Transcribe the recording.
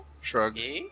shrugs